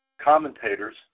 Commentators